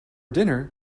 dinner